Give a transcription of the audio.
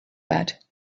bed